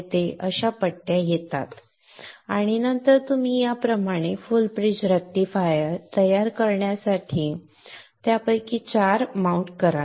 ते अशा पट्ट्या येतात आणि नंतर आपण याप्रमाणे फुल ब्रिज रेक्टिफायर तयार करण्यासाठी त्यापैकी 4 माउंट कराल